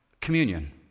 communion